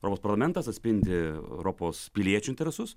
europos parlamentas atspindi europos piliečių interesus